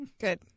Good